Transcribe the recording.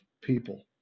people